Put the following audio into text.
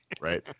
right